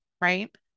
right